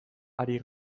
ari